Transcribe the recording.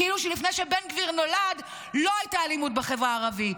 כאילו לפני שבן גביר נולד לא הייתה אלימות בחברה הערבית,